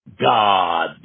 God